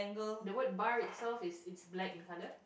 the word bar itself it's it's black in colour